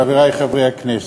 חברי חברי הכנסת,